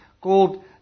called